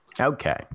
Okay